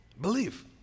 believe